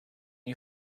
you